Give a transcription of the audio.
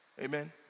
Amen